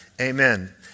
Amen